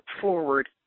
forward